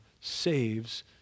saves